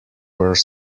were